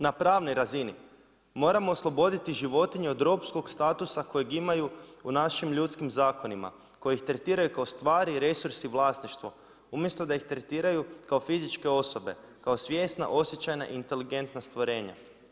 Na pravnoj razini, moramo osloboditi životinje od ropskog statusa kojeg imaju u našim ljudskim zakonima, koji ih tretiraju kao stvari i resursi, vlasništvu, umjesto da ih tretiraju kao fizičke osobe, kao svjestan osjećajna i inteligentna stvorenja.